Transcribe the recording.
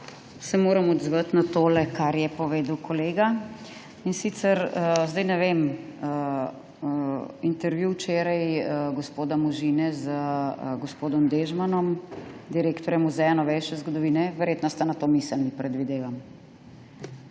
Moram se odzvati na tole, kar je povedal kolega. In sicer zdaj ne vem, včerajšnji intervju gospoda Možine z gospodom Dežmanom, direktorjem Muzeja novejše zgodovine – verjetno ste na to mislili, predvidevam.